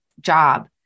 job